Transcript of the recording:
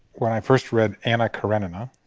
when i first read anna karenina.